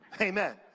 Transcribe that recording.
amen